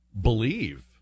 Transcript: believe